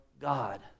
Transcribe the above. God